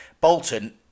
Bolton